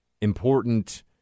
important